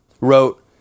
wrote